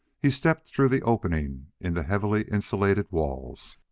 he stepped through the opening in the heavily insulated walls.